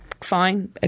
fine